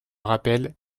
rappelle